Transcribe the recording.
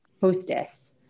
hostess